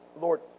Lord